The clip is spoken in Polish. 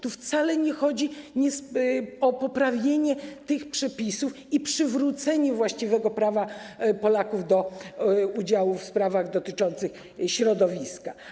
Tu wcale nie chodzi o poprawienie tych przepisów i przywrócenie właściwego prawa Polaków do udziału w sprawach dotyczących środowiska.